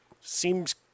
seems